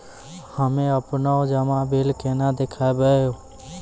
हम्मे आपनौ जमा बिल केना देखबैओ?